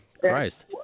Christ